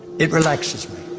it relaxes me,